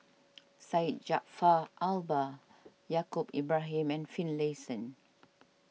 Syed Jaafar Albar Yaacob Ibrahim and Finlayson